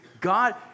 God